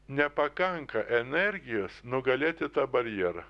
nepakanka energijos nugalėti tą barjerą